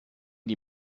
die